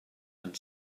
and